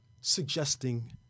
suggesting